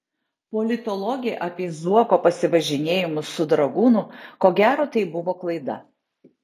politologė apie zuoko pasivažinėjimus su dragūnu ko gero tai buvo klaida